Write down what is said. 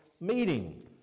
meeting